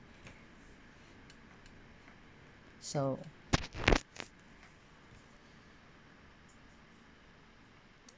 so